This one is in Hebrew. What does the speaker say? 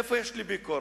איפה יש לי ביקורת?